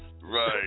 right